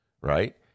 right